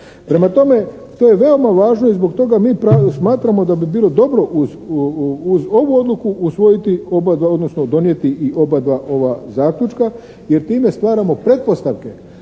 Prema tome, to je veoma važno i zbog toga mi smatramo da bi bilo dobro uz ovu odluku usvojiti oba dva, odnosno donijeti i oba dva ova zaključka. Jer time stvaramo pretpostavke,